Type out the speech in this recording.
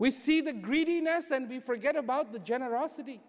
we see the greedy ness and be forget about the generosity